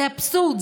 זה אבסורד.